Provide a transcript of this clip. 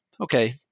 Okay